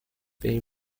fay